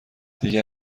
دیگه